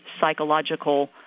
psychological